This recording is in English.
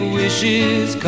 wishes